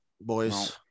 boys